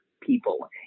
people